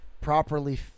properly